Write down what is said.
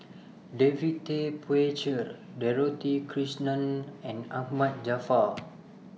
David Tay Poey Cher Dorothy Krishnan and Ahmad Jaafar